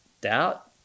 Doubt